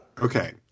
Okay